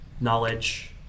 knowledge